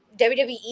wwe